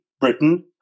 Britain